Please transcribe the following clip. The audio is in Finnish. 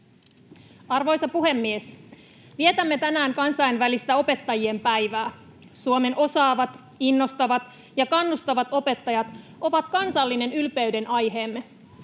Arvoisa puhemies! Vietämme tänään kansainvälistä opettajien päivää. Suomen osaavat, innostavat ja kannustavat opettajat ovat kansallinen ylpeyden aiheemme.